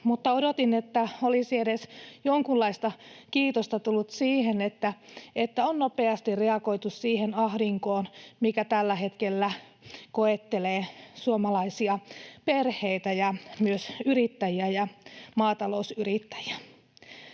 odotin, että olisi edes jonkinlaista kiitosta tullut siitä, että on nopeasti reagoitu siihen ahdinkoon, mikä tällä hetkellä koettelee suomalaisia perheitä ja myös yrittäjiä ja maatalousyrittäjiä.